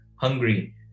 hungry